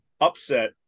upset